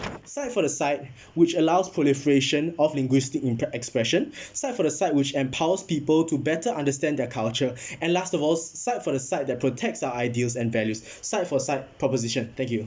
side for the side which allows proliferation of linguistic in expression side for the side which empowers people to better understand their culture and last of all side for the side that protects our ideals and values side for the side proposition thank you